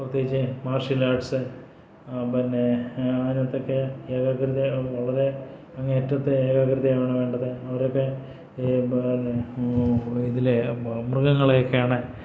പ്രത്യേകിച്ച് martial arts പിന്നെ അതിനകത്തൊക്കെ ഏകാഗ്രത വളരെ അങ്ങേയറ്റത്തെ ഏകഗ്രതയാണ് വേണ്ടത് അവരൊക്കെ പിന്നെ ഇതിൽ മൃഗങ്ങളെ ഒക്കെയാണ്